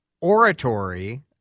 oratory